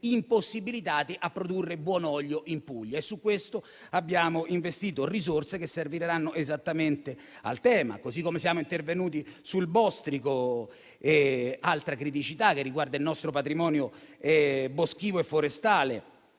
impossibilitati a produrre buon olio in Puglia. Su questo abbiamo investito risorse che serviranno esattamente al tema. Così come siamo intervenuti sul bostrico, altra criticità che riguarda il nostro patrimonio boschivo e forestale.